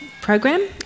program